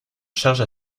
charge